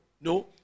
no